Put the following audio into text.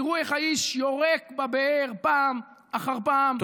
תראו איך האיש יורק לבאר פעם אחר פעם,